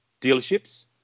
dealerships